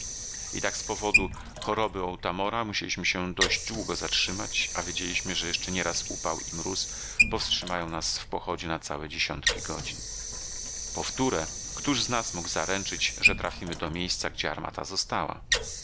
i tak z powodu choroby otamora musieliśmy się dość długo zatrzymać a wiedzieliśmy że jeszcze nieraz upał lub mróz powstrzymają nas w pochodzie na całe dziesiątki godzin powtóre któż z nas mógł zaręczyć że trafimy do miejsca gdzie armata została